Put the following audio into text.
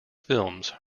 films